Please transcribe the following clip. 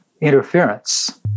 interference